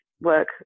work